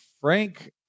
Frank